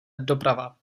doprava